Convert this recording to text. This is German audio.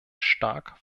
stark